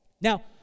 Now